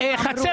חצר